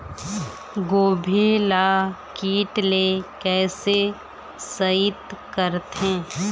गोभी ल कीट ले कैसे सइत करथे?